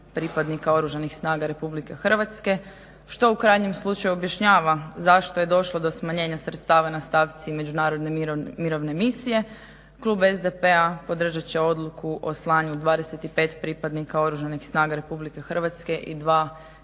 pripadnika Oružanih snaga RH što u krajnjem slučaju objašnjava zašto je došlo do smanjenja sredstava na stavci međunarodne mirovne misije klub SDP-a podržat će Odluku o slanju 25 pripadnika Oružanih snaga RH i 2 helikoptera